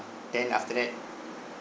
then after that